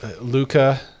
Luca